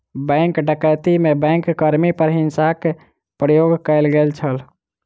bank डकैती में bank कर्मी पर हिंसाक प्रयोग कयल गेल छल